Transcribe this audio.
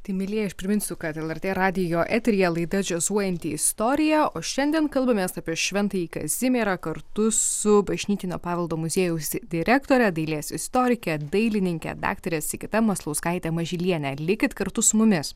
tai mielieji aš priminsiu kad lrt radijo eteryje laida džiazuojanti istorija o šiandien kalbamės apie šventąjį kazimierą kartu su bažnytinio paveldo muziejaus direktore dailės istorike dailininke daktare sigita maslauskaite mažyliene likit kartu su mumis